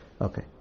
Okay